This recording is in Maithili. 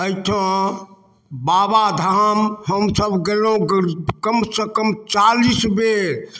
एहिठाम बाबाधाम हमसब गेलहुँ कमसँ कम चालिस बेर